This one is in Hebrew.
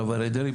הרב אריה דרעי.